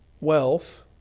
wealth